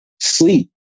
Sleep